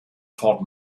fort